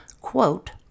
quote